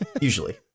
usually